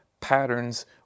patterns